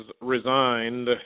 resigned